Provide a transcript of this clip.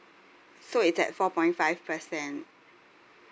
so it's at four point five percent